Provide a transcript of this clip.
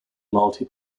multi